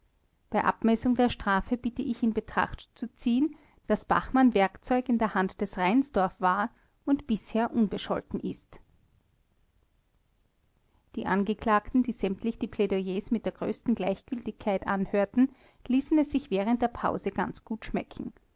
bei abmessung der strafe bitte ich in betracht zu ziehen daß bachmann werkzeug in der hand des reinsdorf war und bisher unbescholten ist die angeklagten die sämtlich die plädoyers mit der größten gleichgültigkeit anhörten ließen es sich während der pause ganz gut schmecken